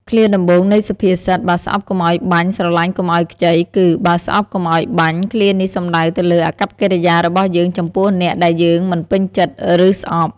ឃ្លាដំបូងនៃសុភាសិត "បើស្អប់កុំឲ្យបាញ់ ស្រឡាញ់កុំឲ្យខ្ចី" គឺ "បើស្អប់កុំឲ្យបាញ់" ឃ្លានេះសំដៅទៅលើអាកប្បកិរិយារបស់យើងចំពោះអ្នកដែលយើងមិនពេញចិត្ត ឬស្អប់។